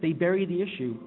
they bury the issue